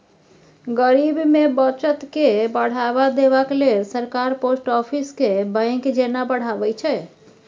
गरीब मे बचत केँ बढ़ावा देबाक लेल सरकार पोस्ट आफिस केँ बैंक जेना बढ़ाबै छै